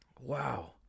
Wow